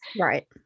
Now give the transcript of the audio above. right